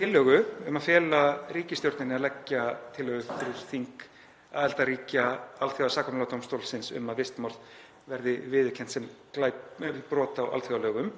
tillögu um að fela ríkisstjórninni að leggja tillögu fyrir þing aðildarríkja Alþjóðlega sakamáladómstólsins um að vistmorð verði viðurkennt sem brot á alþjóðalögum.